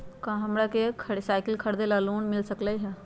का हमरा के साईकिल खरीदे ला लोन मिल सकलई ह?